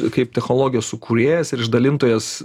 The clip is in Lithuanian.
kaip technologijos sukūrėjas ir išdalintojas